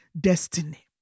destiny